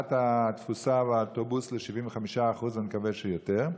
העלאת התפוסה באוטובוס ל-75%, ואני מקווה שיותר.